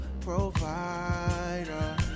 provider